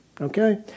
Okay